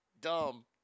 dumb